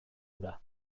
hura